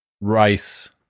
rice